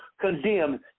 condemned